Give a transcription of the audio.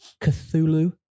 Cthulhu